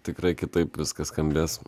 tikrai kitaip viskas skambės